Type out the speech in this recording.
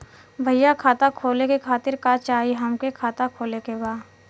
भईया खाता खोले खातिर का चाही हमके खाता खोले के बा?